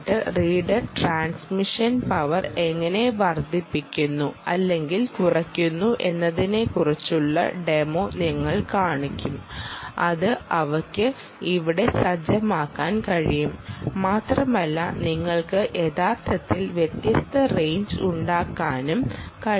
reader transmission power എങ്ങനെ വർദ്ധിക്കുന്നു അല്ലെങ്കിൽ കുറയ്ക്കുന്നു എന്നതിനെക്കുറിച്ചുള്ള ഡെമോ ഞങ്ങൾ കാണിക്കും അത് അവൾക്ക് ഇവിടെ സജ്ജമാക്കാൻ കഴിയും മാത്രമല്ല നിങ്ങൾക്ക് യഥാർത്ഥത്തിൽ വ്യത്യസ്ത റേഞ്ച് ഉണ്ടാക്കാനും കഴിയും